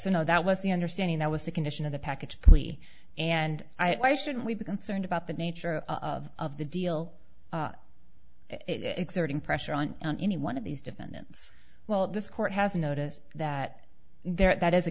so no that was the understanding that was a condition of the package plea and i should we be concerned about the nature of of the deal exerting pressure on any one of these defendants well this court has noticed that there that is a